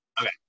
Okay